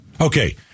Okay